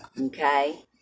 Okay